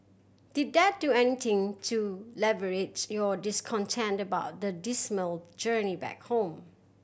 did that do anything to alleviates your discontent about the dismal journey back home